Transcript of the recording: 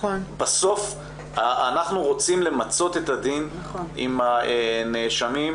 בסוף אנחנו רוצים למצות את הדין עם הנאשמים,